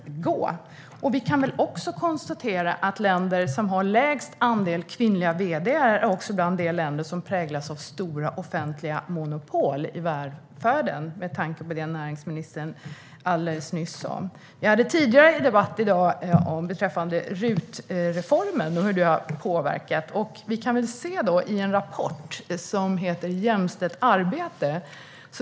Med tanke på det näringsministern alldeles nyss sa kan vi också konstatera att de länder som har lägst andel kvinnliga vd:ar också hör till de länder som präglas av stora offentliga monopol i välfärden. Vi hade tidigare i dag en debatt om RUT-reformen och hur den har påverkat. I en rapport som heter Jämställt arbete?